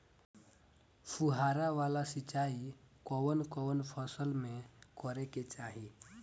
फुहारा वाला सिंचाई कवन कवन फसल में करके चाही?